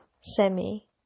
semi